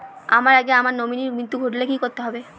আমার আগে আমার নমিনীর মৃত্যু ঘটলে কি করতে হবে?